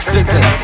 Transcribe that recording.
Sitting